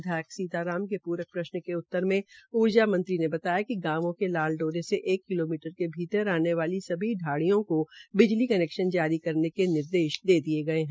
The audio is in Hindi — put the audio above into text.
विधायक सीता राम के पूरक प्रश्न के उत्तर में ऊर्जा मंत्री ने बताया कि गांवों के लाल डोरे से एक किलोमीटर के भीतर आने वाली ढाणियों को बिजली कनैक्शन जारी करने के निर्देश दे दिये गये है